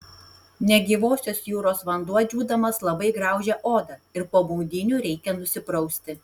negyvosios jūros vanduo džiūdamas labai graužia odą ir po maudynių reikia nusiprausti